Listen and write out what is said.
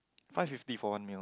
five fifty four one meal